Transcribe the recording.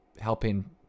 helping